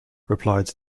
replied